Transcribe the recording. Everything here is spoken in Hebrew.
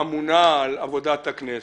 עבודת הכנסת,